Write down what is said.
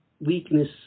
weakness